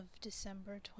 December